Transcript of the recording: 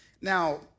Now